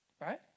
Right